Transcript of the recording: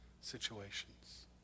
situations